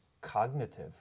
cognitive